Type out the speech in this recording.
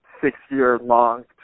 six-year-long